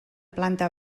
planta